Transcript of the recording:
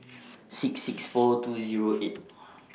six six four two Zero eight